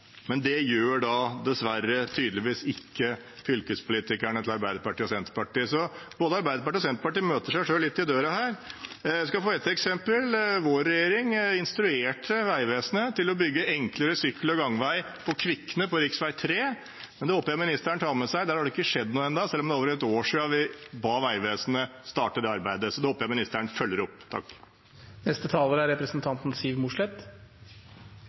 det mulig å instruere Vegvesenet. Dessverre gjør tydeligvis ikke fylkespolitikerne til Arbeiderpartiet og Senterpartiet det, så både Arbeiderpartiet og Senterpartiet møter seg selv litt i døra her. Dere skal få et eksempel. Vår regjering instruerte Vegvesenet til å bygge enklere sykkel- og gangvei på Kvikne på rv. 3. Det håper jeg ministeren tar med seg. Der har det ikke skjedd noe ennå, selv om det er over et år siden vi ba Vegvesenet starte det arbeidet, så det håper jeg ministeren følger opp.